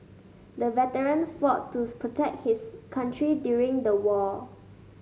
the veteran fought to protect his country during the war